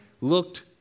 looked